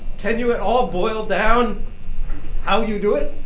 can you at all boil down how you do it?